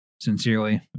sincerely